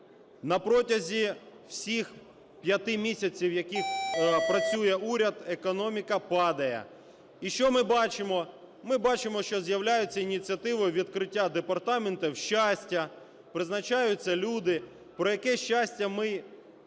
На протязі всіх п'яти місяців, які працює уряд, економіка падає. І що ми бачимо? Ми бачимо, що з'являються ініціативи відкриття "департаментів щастя", призначаються люди. Про яке щастя ми кажемо,